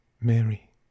Mary